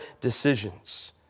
decisions